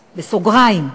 בסוגריים,